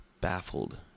baffled